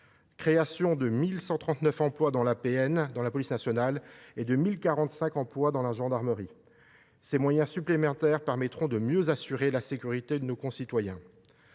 création de 1 139 emplois dans la police nationale et de 1 045 emplois dans la gendarmerie. Ces moyens supplémentaires permettront de mieux assurer la sécurité de nos concitoyens.